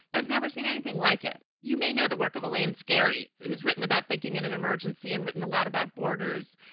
i've never seen anything like it. you may know the work of al-ain scary. he's written about thinking in an emergency and written a lot about borders.